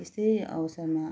यस्तै अवसरमा